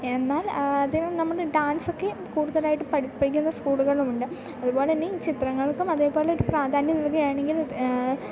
എന്നാൽ അതിനും നമ്മുടെ ഡാൻസൊക്കെ കൂടുതലായിട്ട് പഠിപ്പിക്കുന്ന സ്കൂളുകളുമുണ്ട് അതുപോലെ തന്നെ ഈ ചിത്രങ്ങൾക്കും അതേപോലെയൊരു പ്രാധാന്യം നൽകുകയാണെങ്കിൽ